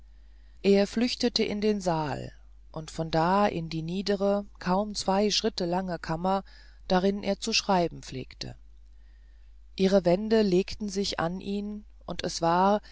er flüchtete in den saal und von da in die niedere kaum zwei schritte lange kammer darin er zu schreiben pflegte ihre wände legten sich an ihn und es war